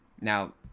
Now